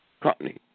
company